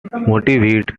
viewed